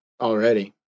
already